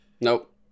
Nope